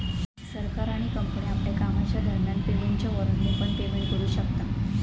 सरकार आणि कंपनी आपल्या कामाच्या दरम्यान पेमेंटच्या वॉरेंटने पण पेमेंट करू शकता